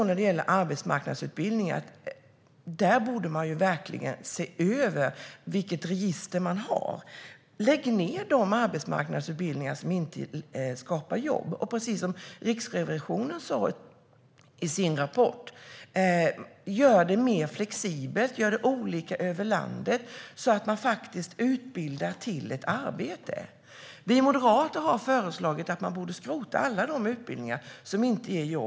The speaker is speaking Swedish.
När det gäller arbetsmarknadsutbildningar borde man verkligen se över vilket register man har. Lägg ned de arbetsmarknadsutbildningar som inte skapar jobb! Precis som Riksrevisionen sa i sin rapport: Gör det mer flexibelt, och gör det olika över landet så att man utbildar till ett arbete! Vi moderater har föreslagit att man skrotar alla utbildningar som inte ger jobb.